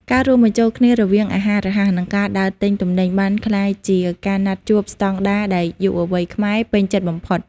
ការរួមបញ្ចូលគ្នារវាងអាហាររហ័ស និងការដើរទិញទំនិញ បានក្លាយជាការណាត់ជួបស្តង់ដារដែលយុវវ័យខ្មែរពេញចិត្តបំផុត។